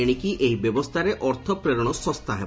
ଏଣିକି ଏହି ବ୍ୟବସ୍ଥାରେ ଅର୍ଥ ପ୍ରେରଣ ଶସ୍ତା ହେବ